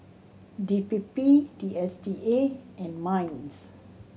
D P P D S T A and MINDS